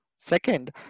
Second